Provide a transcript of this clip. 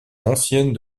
anciennes